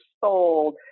sold